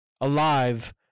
alive